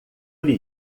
lhe